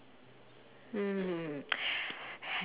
mm